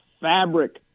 fabric